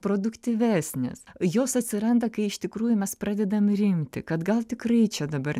produktyvesnės jos atsiranda kai iš tikrųjų mes pradedam rimti kad gal tikrai čia dabar